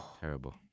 Terrible